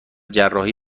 جراحی